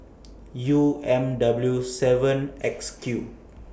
U M W seven X Q